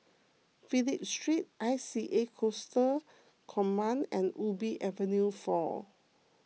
Phillip Street I C A Coastal Command and Ubi Avenue four